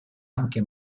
anche